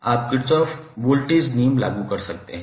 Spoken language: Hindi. आप किरचॉफ वोल्टेज नियम लागू कर सकते हैं